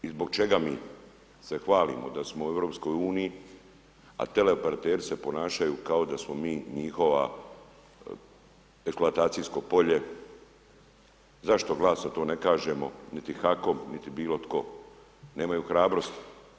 Zašto i zbog čega mi se h valimo da smo u EU, a teleoperateri se ponašaju kao da smo mi njihova deklaracijsko polje, zašto glasno to ne kažemo niti HAKOM, niti bilo tko, nemaju hrabrosti.